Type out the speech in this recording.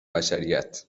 بشریت